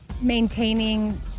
maintaining